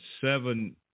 seven